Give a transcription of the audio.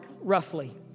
roughly